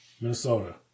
Minnesota